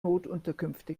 notunterkünfte